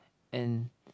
and